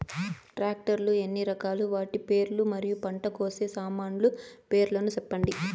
Tractor లు ఎన్ని రకాలు? వాటి పేర్లు మరియు పంట కోసే సామాన్లు పేర్లను సెప్పండి?